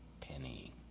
penny